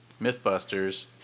Mythbusters